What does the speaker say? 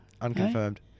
unconfirmed